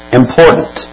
important